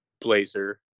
blazer